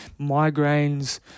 migraines